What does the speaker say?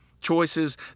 Choices